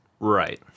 Right